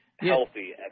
healthy